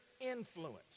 influence